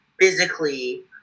physically